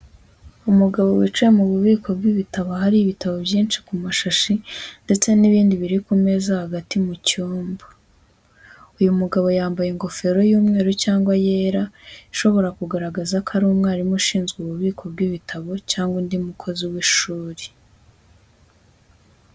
Umugabo wicaye mu ububiko bw’ibitabo ahari ibitabo byinshi ku mashashi ndetse n’ibindi biri ku meza hagati mu cyumba. Uyu mugabo yambaye ingofero y’umweru cyangwa yera ishobora kugaragaza ko ari umwarimu ushinzwe ububiko bw’ibitabo cyangwa undi mukozi w’ishuri.